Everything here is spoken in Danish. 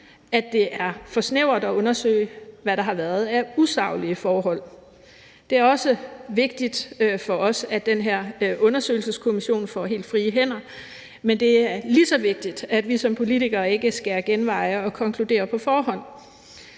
at det er for snævert at undersøge, hvad der har været af usaglige forhold. Det er også vigtigt for os, at den her undersøgelseskommission får helt frie hænder, men det er lige så vigtigt, at vi som politikere ikke skærer genveje og konkluderer på forhånd.